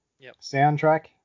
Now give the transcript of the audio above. soundtrack